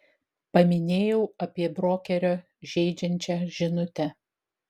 paminėjau apie brokerio žeidžiančią žinutę